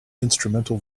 instrumental